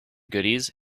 goodies